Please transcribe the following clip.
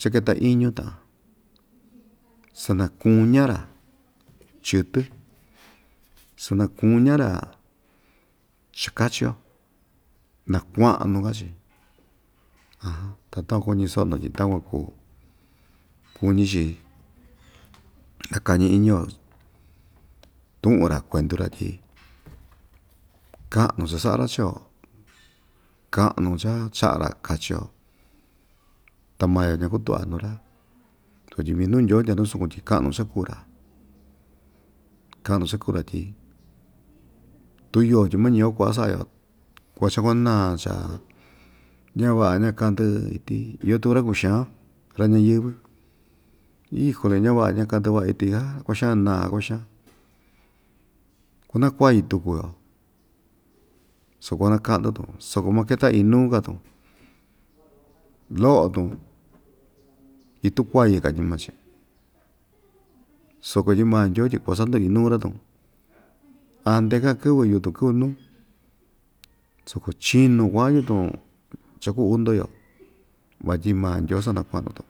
chaketa iñu ta'an sanakuña‑ra chɨtɨ sanakuña‑ra chakachi‑yo nakua'nu‑ka‑chi ta takua kuñi so'o‑ndo tyi takuan kuu kuñi‑chi nakañi iñi‑yo tu'un‑ra kuentu‑ra tyi ka'nu cha‑sa'a‑ra cho ka'nu cha‑cha'a‑ra kachio ta maa‑yo ñakutu'va nuu‑ra sutyi minu ndyoo ndya nusuku tyi ka'nu cha kuu‑ra ka'nu cha kuu‑ra tyi tu yoo tyi mañi'i‑yo ku'a sa'a‑yo kua chakuana cha ñava'a ñakan'dɨ iti iyo tuku ra‑kuxan ra‑ñayɨ́vɨ hijole ñava'a ñaka'ndɨ va'a iti ja kua'a xan naa kua'a xaan kunakuayɨ tuku‑yo su kuanaka'ndɨ‑tun soko maketa inuuka‑tun lo'o‑tun itu kuayɨ katyi maa‑chi soko tyi maa ndyoo tyi kuasanduu inuu‑ra tun ante‑ka kɨ'vɨ yutun kɨ'vɨ nuu soko chinu kua'an yutun cha‑kuu uu ndoyo vatyi maa ndyoo sanakua'nu‑tun.